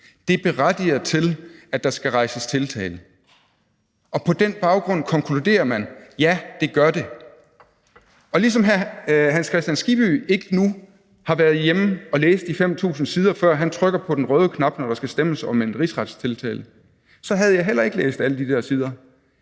berettiger til, at der skal rejses tiltale. Og på den baggrund konkluderer man: Ja, det gør det. Og ligesom hr. Hans Kristian Skibby nu ikke har været hjemme og læse alle 5.000 sider, før han trykker på den røde knap, når der skal stemmes om en rigsretstiltale, så har jeg havde heller ikke læst alle de der sider.